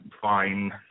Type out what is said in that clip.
fine